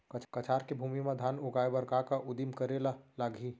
कछार के भूमि मा धान उगाए बर का का उदिम करे ला लागही?